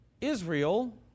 Israel